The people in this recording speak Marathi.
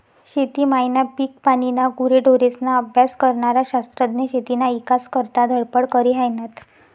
शेती मायना, पिकपानीना, गुरेढोरेस्ना अभ्यास करनारा शास्त्रज्ञ शेतीना ईकास करता धडपड करी हायनात